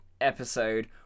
episode